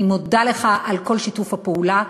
אני מודה לך על כל שיתוף הפעולה,